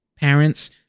Parents